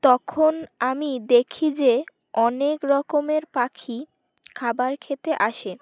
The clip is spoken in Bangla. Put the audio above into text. তখন আমি দেখি যে অনেক রকমের পাখি খাবার খেতে আসে